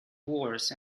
wars